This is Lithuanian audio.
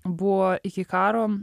buvo iki karo